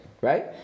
right